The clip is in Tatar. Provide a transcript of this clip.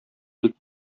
бик